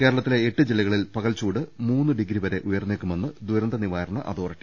കേരളത്തിലെ എട്ട് ജില്ലകളിൽ പകൽച്ചൂട് മൂന്ന് ഡിഗ്രിവരെ ഉയർന്നേക്കുമെന്ന് ദുരന്തനിവാരണ അതോറിറ്റി